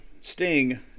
Sting